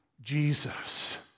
Jesus